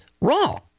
wrong